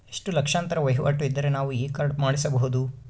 ಎಷ್ಟು ಲಕ್ಷಾಂತರ ವಹಿವಾಟು ಇದ್ದರೆ ನಾವು ಈ ಕಾರ್ಡ್ ಮಾಡಿಸಬಹುದು?